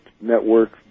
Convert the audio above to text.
network